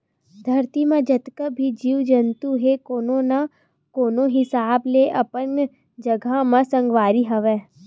धरती म जतका भी जीव जंतु हे कोनो न कोनो हिसाब ले अपन जघा म संगवारी हरय